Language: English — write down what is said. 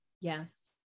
Yes